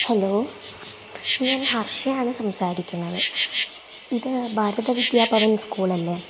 hello ഞാൻ ഹർഷയാണ് സംസാരിക്കുന്നത് ഇത് ഭാരത് വിദ്യാഭവൻ സ്കൂൾ അല്ലേ